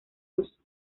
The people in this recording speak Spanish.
uso